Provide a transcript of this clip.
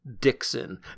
Dixon